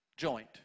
Joint